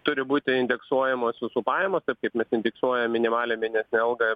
turi būti indeksuojamos visų pajamos taip kaip mes indiksuojam minimalią mėnesinę algą